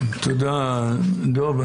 תודה, דב.